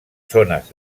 zones